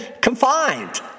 confined